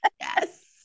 Yes